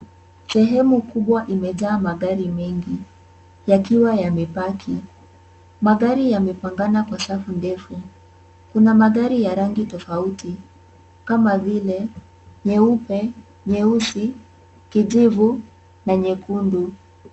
Sehemu kubwa imejaa magari mengi yakiwa yamepaki . Magari yamepangana kwa safu ndefu. Kuna magari ya rangi tofauti kama vile; nyeupe, nyeusi, kijivu na nyekundu.